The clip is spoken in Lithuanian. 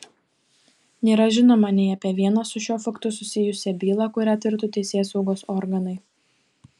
nėra žinoma nei apie vieną su šiuo faktu susijusią bylą kurią tirtų teisėsaugos organai